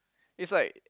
is like